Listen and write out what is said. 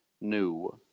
new